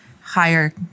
higher